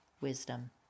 wisdom